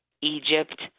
Egypt